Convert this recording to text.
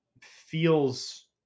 feels